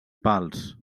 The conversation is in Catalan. pals